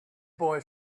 boy